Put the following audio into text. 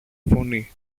φωνή